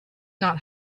not